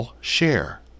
Share